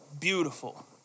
beautiful